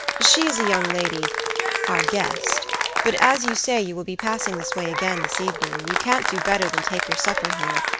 she is a young lady our guest but as you say you will be passing this way again this evening, you can't do better than take your supper here,